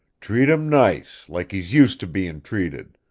treat him nice, like he's used to bein' treated.